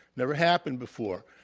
never happened before.